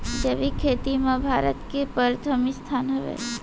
जैविक खेती मा भारत के परथम स्थान हवे